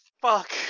fuck